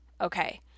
Okay